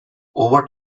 over